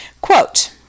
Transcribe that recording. Quote